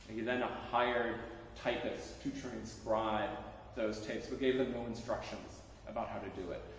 he then hired typists to transcribe those tapes, but gave them no instructions about how to do it.